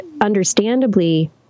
understandably